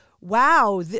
wow